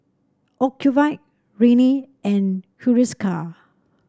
Ocuvite Rene and Hiruscar